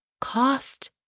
cost